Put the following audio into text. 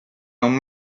non